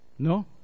No